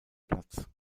platz